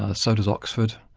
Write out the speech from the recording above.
ah so does oxford.